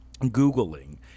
googling